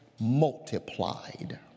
multiplied